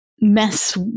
Mess